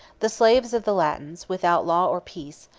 the slaves of the latins, without law or peace,